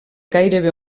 gairebé